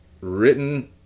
written